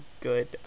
good